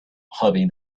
hoping